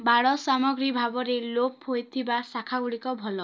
ବାଡ଼ ସାମଗ୍ରୀ ଭାବରେ ଲୋପ୍ ହୋଇଥିବା ଶାଖାଗୁଡ଼ିକ ଭଲ